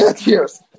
Cheers